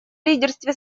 лидерстве